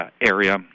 area